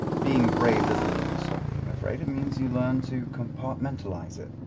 being brave doesn't mean you stop being afraid, it means you learn to compartmentalize it.